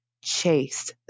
chase